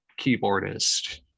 keyboardist